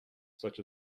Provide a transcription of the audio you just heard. such